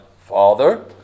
father